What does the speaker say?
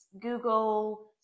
Google